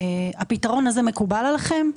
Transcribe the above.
הפתרון הזה מקובל עליכם?